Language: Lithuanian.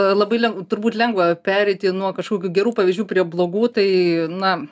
labai leng turbūt lengva pereiti nuo kažkokių gerų pavyzdžių prie blogų tai na